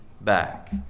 back